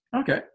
Okay